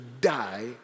die